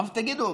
אמרתי: תגידו,